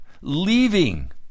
leaving